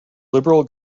liberal